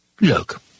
Look